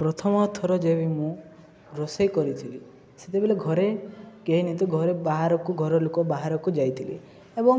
ପ୍ରଥମ ଥର ଯେବେ ମୁଁ ରୋଷେଇ କରିଥିଲି ସେତେବେଲେ ଘରେ କେହି ନଥିଲେ ତୁ ଘରେ ବାହାରକୁ ଘର ଲୋକ ବାହାରକୁ ଯାଇଥିଲେ ଏବଂ